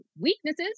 weaknesses